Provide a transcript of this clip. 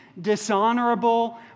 dishonorable